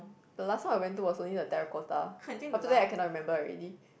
the last one I went to was only the Terracotta after that I cannot remember already